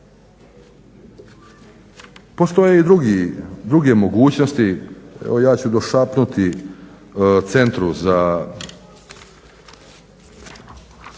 Postoje i druge mogućnosti, evo ja ću došapnuti Centru za